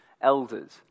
elders